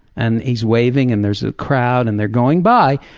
and he's waving, and there's a crowd, and they're going by,